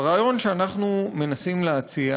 והרעיון שאנחנו מנסים להציע,